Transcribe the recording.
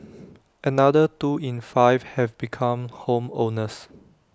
another two in five have become home owners